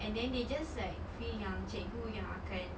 and then they just like feel yang cikgu yang akan